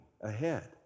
ahead